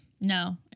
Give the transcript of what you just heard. No